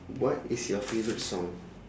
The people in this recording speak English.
what is your favourite song